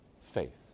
Faith